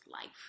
life